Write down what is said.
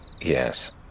Yes